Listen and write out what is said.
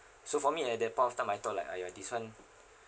so for me at that point of time I thought like !aiya! this one